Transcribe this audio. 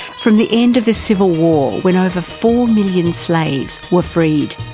from the end of the civil war when over four million slaves were freed,